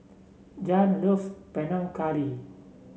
Jann loves Panang Curry